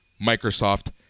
Microsoft